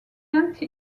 anti